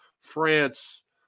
France